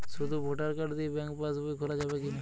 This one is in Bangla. শুধু ভোটার কার্ড দিয়ে ব্যাঙ্ক পাশ বই খোলা যাবে কিনা?